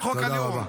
את חוק הלאום.